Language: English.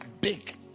big